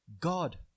god